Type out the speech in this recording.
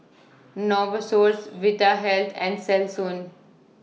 Novosource Vitahealth and Selsun